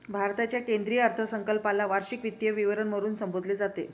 भारताच्या केंद्रीय अर्थसंकल्पाला वार्षिक वित्तीय विवरण म्हणून संबोधले जाते